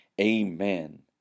amen